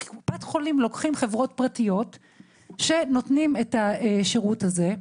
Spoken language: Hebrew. קופת חולים לוקחת חברות פרטיות שנותנות את השירות הזה,